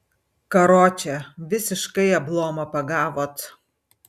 karoče visiškai ablomą pagavot